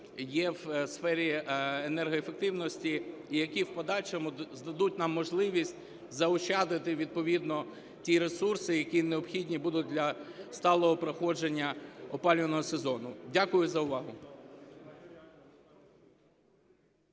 є в сфері енергоефективності і які в подальшому дадуть нам можливість заощадити відповідно ті ресурси, які необхідні будуть для сталого проходження опалювального сезону. Дякую за увагу.